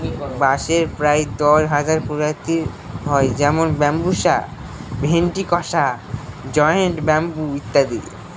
বাঁশের প্রায় দশ হাজার প্রজাতি হয় যেমন বাম্বুসা ভেন্ট্রিকসা জায়ন্ট ব্যাম্বু ইত্যাদি